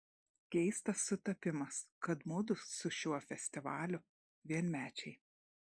keistas sutapimas kad mudu su šiuo festivaliu vienmečiai